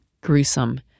gruesome